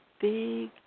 big